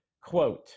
quote